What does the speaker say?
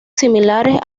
similares